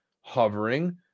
hovering